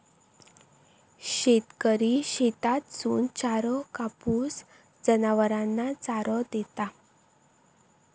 शेतकरी शेतातसून चारो कापून, जनावरांना चारो देता